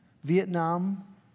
Vietnam